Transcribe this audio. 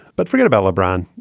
but forget about lebron.